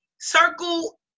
circle